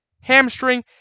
Hamstring